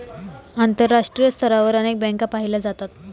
आंतरराष्ट्रीय स्तरावर अनेक बँका पाहिल्या जातात